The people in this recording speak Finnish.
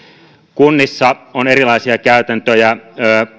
kunnissa on erilaisia käytäntöjä